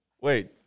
Wait